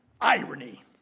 irony